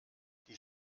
die